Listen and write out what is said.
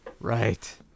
Right